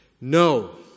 No